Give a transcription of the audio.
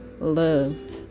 loved